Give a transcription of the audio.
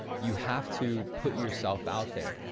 you have to put yourself out there.